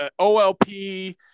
OLP